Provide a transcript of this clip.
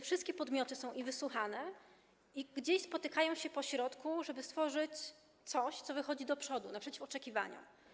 Wszystkie podmioty są wysłuchane i spotykają się pośrodku, żeby stworzyć coś, co wychodzi do przodu, naprzeciw oczekiwaniom.